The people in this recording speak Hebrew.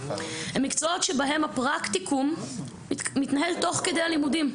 הם מקצועות שבהם הפרקטיקום מתנהל תוך כדי הלימודים.